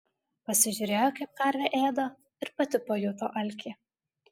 pasižiūrėjo kaip karvė ėda ir pati pajuto alkį